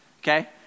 okay